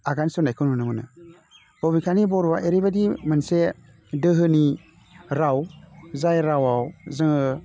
आगान सुरनायखौ नुनो मोनो बबेखानि बर'आ एरैबादि मोनसे दोहोनि राव जाय रावआव जोङो